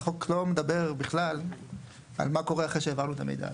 החוק לא מדבר בכלל על מה קורה אחרי שהעברנו את המידע הזה.